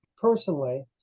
personally